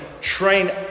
Train